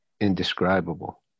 indescribable